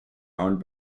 owned